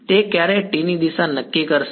તે ક્યારે t ની દિશા નક્કી કરશે